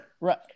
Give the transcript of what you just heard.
Right